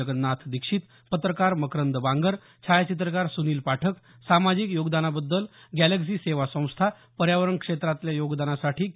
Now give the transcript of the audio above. जगन्नाथ दीक्षित पत्रकार मकरंद बांगर छायाचित्रकार सुनील पाठक सामाजिक योगदानाबद्दल गॅलक्सी सेवा संस्था पर्यावरण क्षेत्रातल्या योगदानासाठी के